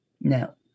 Now